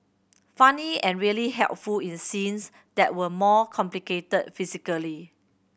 funny and really helpful in scenes that were more complicated physically